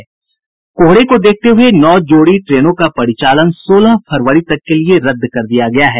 कोहरे को देखते हुए नौ जोड़ी ट्रेनों का परिचालन सोलह फरवरी तक के लिए रद्द कर दिया गया है